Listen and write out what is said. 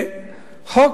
חוק